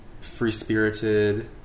free-spirited